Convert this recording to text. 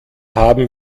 haben